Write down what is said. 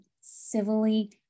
civilly